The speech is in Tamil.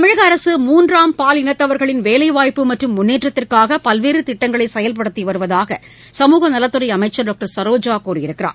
தமிழக அரசு மூன்றாம் பாலினத்தவர்களின் வேலைவாய்ப்பு மற்றும் முன்னேற்றத்திற்காக பல்வேறு திட்டங்களை செயல்படுத்தி வருவதாக சமூக நலத்துறை அமைச்சர் டாக்டர் சரோஜா கூறியுள்ளார்